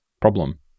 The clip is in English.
problem